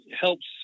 helps